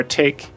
take